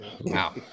Wow